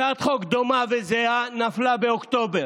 הצעת חוק דומה וזהה נפלה באוקטובר,